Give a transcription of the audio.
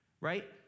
right